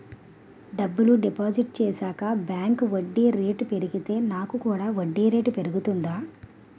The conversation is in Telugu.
డబ్బులు డిపాజిట్ చేశాక బ్యాంక్ వడ్డీ రేటు పెరిగితే నాకు కూడా వడ్డీ రేటు పెరుగుతుందా?